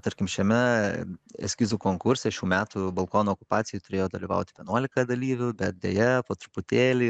tarkim šiame eskizų konkurse šių metų balkono okupacijoj turėjo dalyvauti vienuolika dalyvių bet deja po truputėlį